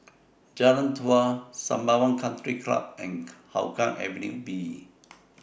Jalan Dua Sembawang Country Club and Hougang Avenue B